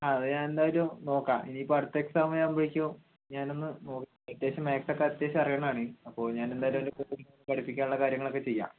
അത് ഞാൻ എന്തായാലും നോക്കാം ഇനി ഇപ്പോൾ അടുത്ത എക്സാമിന് ആവുമ്പോഴെക്കും ഞാൻ ഒന്ന് നോക്കിയിട്ട് അത്യാവശ്യം മാത്സ് ഒക്കെ അത്യാവശ്യം അറിയുന്നതാണ് അവന് അപ്പോൾ ഞാൻ എന്തായാലും അതിനെപറ്റി പഠിപ്പിക്കാനുള്ള കാര്യങ്ങളൊക്കെ ചെയ്യാം